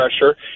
pressure